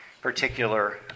particular